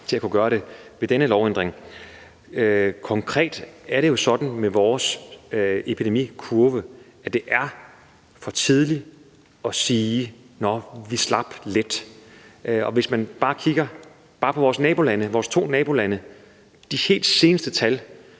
til at kunne gøre det ved denne lovændring. Konkret er det jo sådan med vores epidemikurve, at det er for tidligt at sige: Nå, vi slap let. Hvis man kigger bare på vores to nabolande, viser de seneste